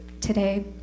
today